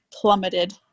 plummeted